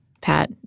Pat